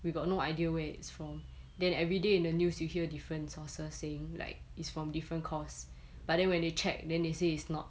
we got no idea where it's from then everyday in the news you hear different sources saying like it's from different course but then when they check then they say it's not